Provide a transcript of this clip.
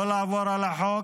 לא לעבור על החוק,